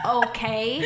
okay